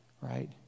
right